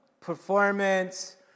performance